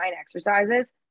exercises